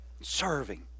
serving